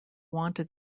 wanted